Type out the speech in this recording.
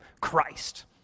Christ